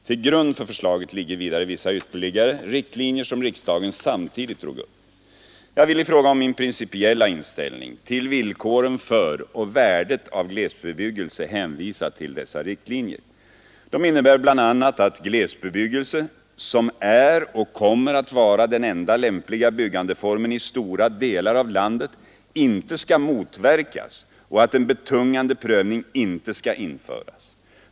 Till grund för förslaget ligger vidare vissa ytterligare riklinjer som riksdagen samtidigt drog upp. Jag vill i fråga om min principiella inställning till villkoren för och värdet av glesbebyggelse hänvisa till dessa riktlinjer. De innebär bl.a. att glesbebyggelse — som är och kommer att vara den enda lämpliga byggandeformen i stora delar av landet — inte skall motverkas och att en betungande prövning inte skall införas.